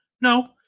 No